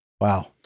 Wow